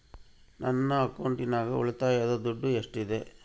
ನನ್ನ ಅಕೌಂಟಿನಾಗ ಉಳಿತಾಯದ ದುಡ್ಡು ಎಷ್ಟಿದೆ?